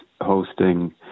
hosting